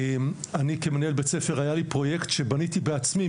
אני כמנהל בית ספר היה לי פרויקט שבניתי בעצמי,